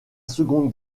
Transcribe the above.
seconde